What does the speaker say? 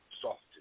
soft